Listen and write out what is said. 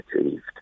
achieved